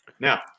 Now